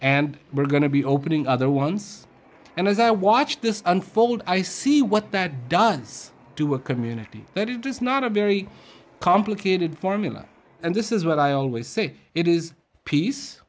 and we're going to be opening other ones and as i watched this unfold i see what that does to a community that it is not a very complicated formula and this is what i always say it is peace